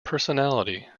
personality